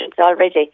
already